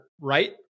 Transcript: right